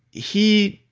he,